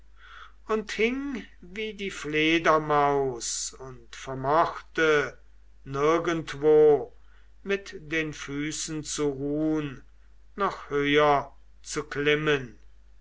und hing wie die fledermaus und vermochte nirgendwo mit den füßen zu ruhn noch höher zu klimmen